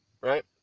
right